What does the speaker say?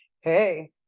hey